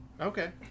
Okay